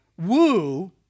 woo